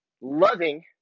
loving